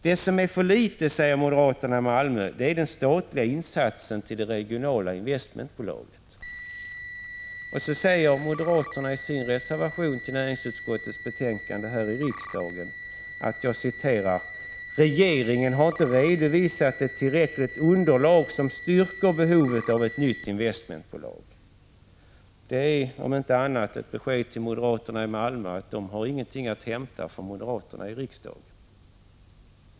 Den del som enligt moderaterna i Malmö är för liten är den statliga insatsen till det regionala investmentbolaget. I sin reservation i näringsutskottets betänkande här i riksdagen säger moderaterna att regeringen inte ”har redovisat ett underlag som styrker behovet av ett nytt investmentbolag”. Detta är om inte annat ett besked till moderaterna i Malmö att de inte har något att hämta hos moderaterna i riksdagen.